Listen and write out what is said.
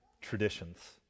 traditions